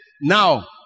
now